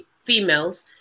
females